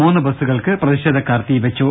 മൂന്നു ബസുകൾക്ക് പ്രതിഷേധക്കാർ തീ വെച്ചു